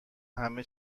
همه